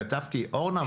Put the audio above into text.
כתבתי: אורנה,